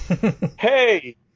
Hey